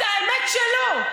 האמת שלא.